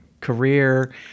career